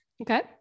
Okay